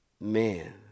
Man